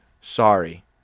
Sorry